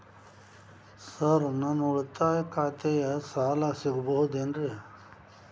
Sir ನನ್ನ ಉಳಿತಾಯ ಖಾತೆಯ ಸಾಲ ಸಿಗಬಹುದೇನ್ರಿ?